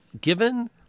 given